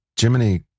Jiminy